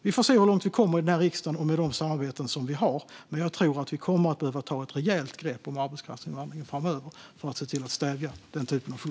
Vi får se hur långt vi kommer här i riksdagen med de samarbeten vi har, men jag tror att vi kommer att behöva ta ett rejält grepp om arbetskraftsinvandringen framöver för att se till att stävja denna typ av fusk.